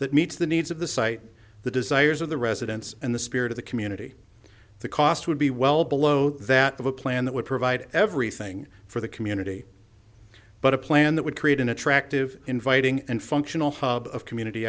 that meets the needs of the site the desires of the residents and the spirit of the community the cost would be well below that of a plan that would provide everything for the community but a plan that would create an attractive inviting and functional hub of community